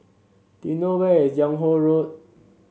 do you know where is Yung Ho Road